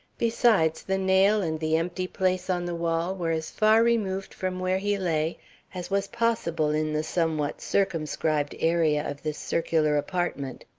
besides, the nail and the empty place on the wall were as far removed from where he lay as was possible in the somewhat circumscribed area of this circular apartment.